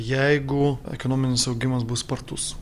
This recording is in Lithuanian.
jeigu ekonominis augimas bus spartus